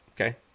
okay